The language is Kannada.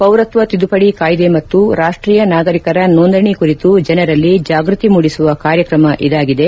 ಪೌರತ್ವ ತಿದ್ದುಪಡಿ ಕಾಯ್ದೆ ಮತ್ತು ರಾಷ್ಟೀಯ ನಾಗರೀಕರ ನೋಂದಣಿ ಕುರಿತು ಜನರಲ್ಲಿ ಜಾಗ್ಯತಿ ಮೂಡಿಸುವ ಕಾರ್ಯಕ್ರಮ ಇದಾಗಿದೆ